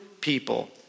people